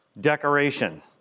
decoration